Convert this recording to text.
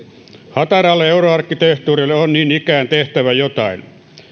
hataralle euroarkkitehtuurille on niin ikään tehtävä jotain